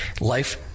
life